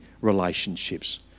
relationships